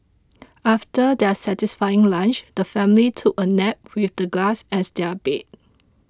after their satisfying lunch the family took a nap with the grass as their bed